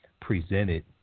presented